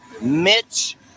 Mitch